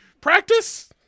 practice